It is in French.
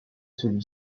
celui